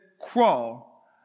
crawl